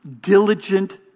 diligent